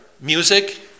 music